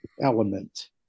element